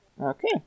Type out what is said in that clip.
Okay